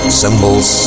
symbols